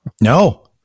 No